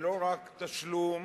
תשלום